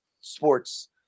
sports